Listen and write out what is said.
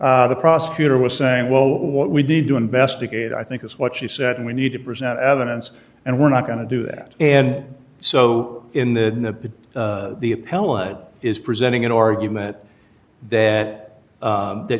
the prosecutor was saying well what we need to investigate i think is what she said and we need to present evidence and we're not going to do that and so in the appellant is presenting an argument that